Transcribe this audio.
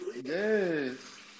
Yes